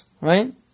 right